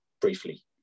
briefly